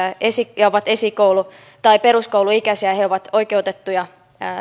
ja ovat esikoulu tai peruskouluikäisiä he ovat oikeutettuja